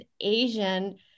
Asian